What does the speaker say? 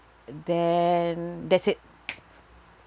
then that's it